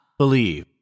believe